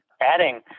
adding